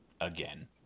Again